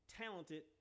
talented